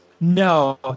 No